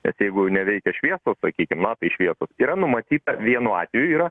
bet jeigu neveikia šviesos sakykim na tai šviesos yra numatyta vienu atveju yra